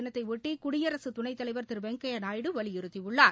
தினத்தையொட்டி குடியரசு துணைத்தலைவர் திரு வெங்கைநாயுடு வலியுறுத்தியுள்ளார்